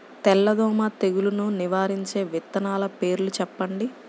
తెల్లదోమ తెగులును నివారించే విత్తనాల పేర్లు చెప్పండి?